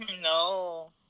No